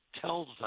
tells